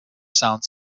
sound